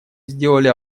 сделали